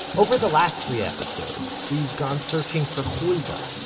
over the last three episodes, we've gone searching for hulda,